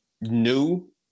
new